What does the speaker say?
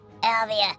Alvia